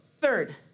third